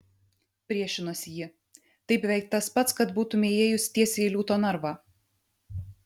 priešinosi ji tai beveik tas pats kad būtumei įėjus tiesiai į liūto narvą